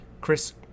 Chris